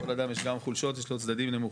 לכל אדם יש גם חולשות יש לו צדדים נמוכים.